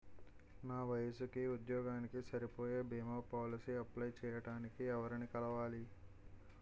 నా వయసుకి, ఉద్యోగానికి సరిపోయే భీమా పోలసీ అప్లయ్ చేయటానికి ఎవరిని కలవాలి?